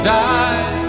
die